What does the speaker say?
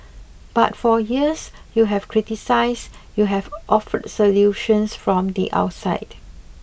but for years you have criticised you have offered solutions from the outside